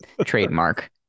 Trademark